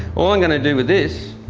all i'm going to do with this